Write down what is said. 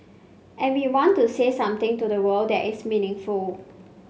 and we want to say something to the world that is meaningful